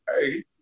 hey